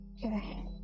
Okay